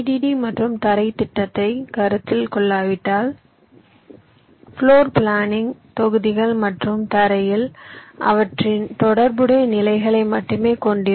D மற்றும் தரைத் திட்டத்தை கருத்தில் கொள்ளாவிட்டால் பிளோர் பிளானிங் தொகுதிகள் மற்றும் தரையில் அவற்றின் தொடர்புடைய நிலைகளை மட்டுமே கொண்டிருக்கும்